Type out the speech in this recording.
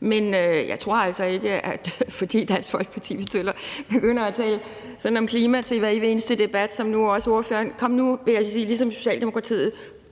Men jeg tror altså ikke, at Dansk Folkeparti skal begynde at tale om klima i hver evig eneste debat, som nu også ordføreren gør. Kom nu, vil jeg sige, ligesom jeg sagde til